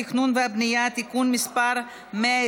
אנחנו עוברים להצעת חוק התכנון והבנייה (תיקון מס' 125),